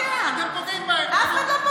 אתם לא יכולים לבוא ולבקש מאנשים להקריב את נפשם,